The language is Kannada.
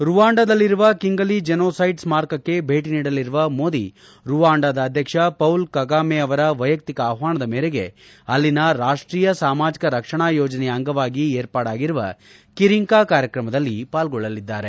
ರುವಾಂಡದಲ್ಲಿರುವ ಕಿಂಗಲಿ ಜನೋಸೈಡ್ ಸ್ನಾರಕಕ್ಕೆ ಭೇಟಿ ನೀಡಲಿರುವ ಮೋದಿ ರುವಾಂಡದ ಅಧ್ಯಕ್ಷ ಪೌಲ್ ಕಗಾಮೆ ಅವರ ವ್ಲೆಯಕ್ತಿಕ ಆಹ್ಲಾನದ ಮೇರೆಗೆ ಅಲ್ಲಿನ ರಾಷ್ಷೀಯ ಸಾಮಾಜಿಕ ರಕ್ಷಣಾ ಯೋಜನೆಯ ಅಂಗವಾಗಿ ಏರ್ಪಾಡಾಗಿರುವ ಗಿರಿಂಕಾ ಕಾರ್ಯಕ್ರಮದಲ್ಲಿ ಪಾಲ್ಗೊಳ್ಳಲಿದ್ದಾರೆ